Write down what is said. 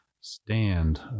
stand